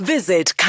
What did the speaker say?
Visit